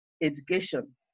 education